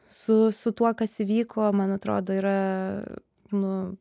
su su tuo kas įvyko man atrodo yra nu